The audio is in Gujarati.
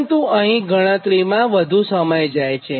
પરંતુ અહીં ગણતરીમાં વધું સમય જાય છે